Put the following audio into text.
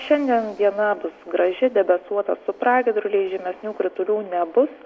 šiandien diena bus graži debesuota su pragiedruliais žymesnių kritulių nebus